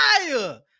fire